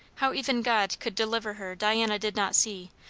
how even god could deliver her, diana did not see,